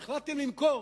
החלטתם למכור,